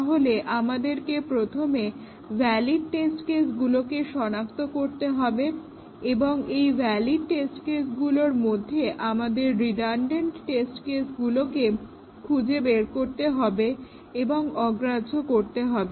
তাহলে আমাদেরকে প্রথমে ভ্যালিড টেস্ট কেসগুলোকে সনাক্ত করতে হবে এবং এই ভ্যালিড টেস্ট কেসগুলোর মধ্যে আমাদেরকে রিডানডেন্ট টেস্ট কেসগুলোকে আমাদের খুঁজে বের করতে হবে এবং অগ্রাহ্য করতে হবে